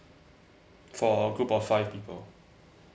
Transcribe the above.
for a group of five people